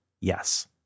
yes